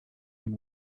and